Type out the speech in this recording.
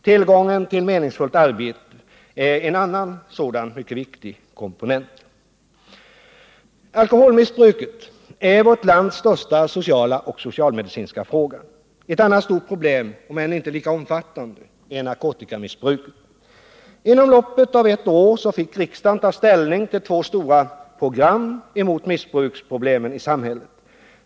Tillgång till meningsfullt arbete är en annan sådan mycket viktig komponent. Alkoholmissbruket är vårt lands största sociala och socialmedicinska fråga. Ett annat stort problem, om än inte lika omfattande, är narkotikamissbruket. Inom loppet av ett år fick riksdagen ta ställning till två stora program med åtgärder mot missbruksproblemen i samhället.